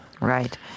Right